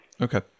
Okay